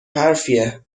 حرفیه